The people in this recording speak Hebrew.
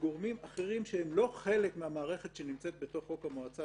בגורמים אחרים שהם לא חלק מהמערכת שנמצאת בחוק המועצה,